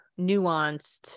nuanced